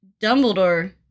Dumbledore